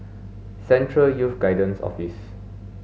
Central Youth Guidance Office